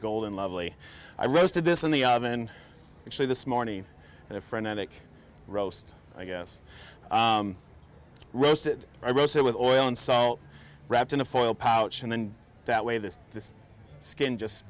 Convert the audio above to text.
golden lovely i roasted this in the oven actually this morning and a friend attic roast i guess roasted i roasted with oil and so wrapped in a full pouch and then that way this this skin just